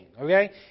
Okay